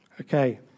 Okay